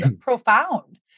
profound